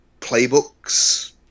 playbooks